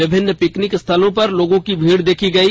विभिन्न पिकनिक स्थलों पर लोगों की भीड देखी गयी